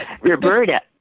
roberta